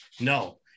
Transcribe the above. no